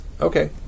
Okay